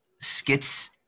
skits